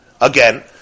Again